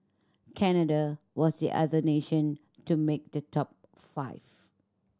Canada was the other nation to make the top five